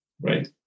right